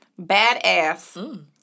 Badass